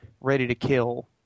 ready-to-kill